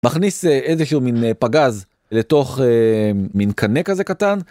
מכניס איזשהו מין פגז לתוך מין קנה כזה קטן.